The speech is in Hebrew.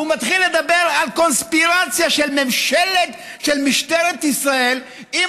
ומתחיל לדבר על קונספירציה של משטרת ישראל עם